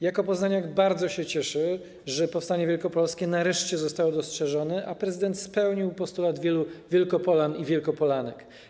Jako poznaniak bardzo się cieszę, że powstanie wielkopolskie nareszcie zostało dostrzeżone, a prezydent spełnił postulat wielu Wielkopolan i Wielkopolanek.